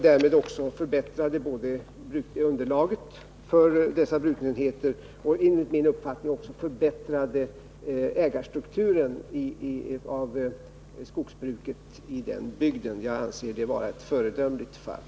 Därmed förbättrades underlaget för dessa brukningsenheter och enligt min uppfattning även ägarstrukturen i den bygden. Jag anser det vara ett föredömligt fall.